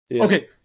Okay